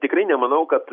tikrai nemanau kad